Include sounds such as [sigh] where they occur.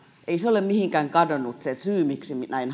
ei se syy ole mihinkään kadonnut miksi suomi silloin näin [unintelligible]